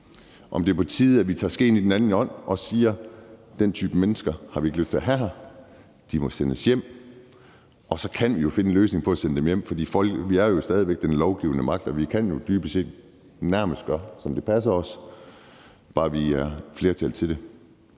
om det er på tide, at vi tager skeen i den anden hånd og siger, at den type mennesker har vi ikke lyst til at have her, de må sendes hjem. Og så kan vi finde en løsning på at sende dem hjem, for vi er jo stadig væk den lovgivende magt, og vi kan dybest set nærmest gøre, som det passer os, bare vi har flertal til det.